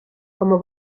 como